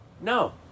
No